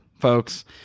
folks